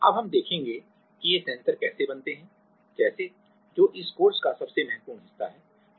अब हम देखेंगे कि ये सेंसर कैसे बनते हैं जैसे जो इस कोर्स का सबसे महत्वपूर्ण हिस्सा है